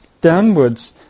downwards